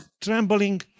trembling